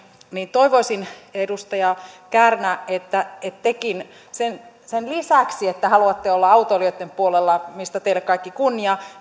toivoisin edustaja kärnä että että tekin sen sen lisäksi että haluatte olla autoilijoitten puolella mistä teille kaikki kunnia